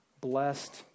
blessed